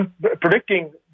predicting